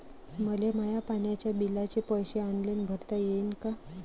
मले माया पाण्याच्या बिलाचे पैसे ऑनलाईन भरता येईन का?